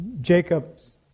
Jacob's